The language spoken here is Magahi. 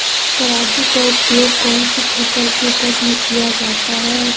तराजू का उपयोग कौन सी फसल के उपज में किया जाता है?